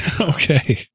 Okay